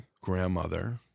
grandmother